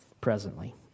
presently